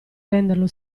renderlo